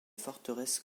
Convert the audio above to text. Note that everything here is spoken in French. forteresses